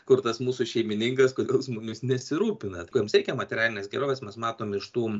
kur tas mūsų šeimininkas kodėl jis mumis nesirūpina jiems reikia materialinės gerovės mes matom iš tų